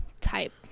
type